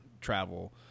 travel –